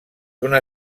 una